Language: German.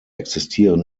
existieren